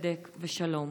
וצדק ושלום.